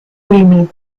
redeem